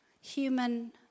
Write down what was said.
human